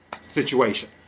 situation